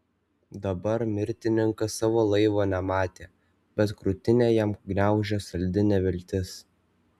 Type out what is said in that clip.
dabar mirtininkas savo laivo nematė bet krūtinę jam gniaužė saldi neviltis